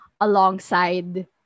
alongside